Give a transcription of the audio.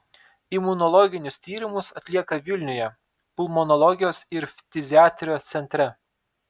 imunologinius tyrimus atlieka vilniuje pulmonologijos ir ftiziatrijos centre